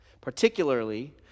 Particularly